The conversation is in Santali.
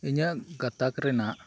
ᱤᱧᱟᱜ ᱜᱟᱛᱟᱠ ᱨᱮᱱᱟᱜ